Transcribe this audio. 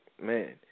man